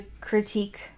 critique